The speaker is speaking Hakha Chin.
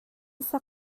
sak